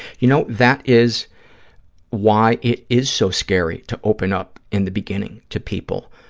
you know, that is why it is so scary to open up in the beginning to people.